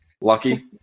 Lucky